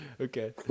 Okay